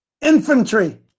infantry